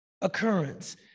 occurrence